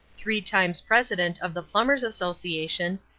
three times president of the plumbers' association,